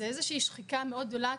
זה איזושהי שחיקה מאוד גדולה.